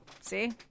see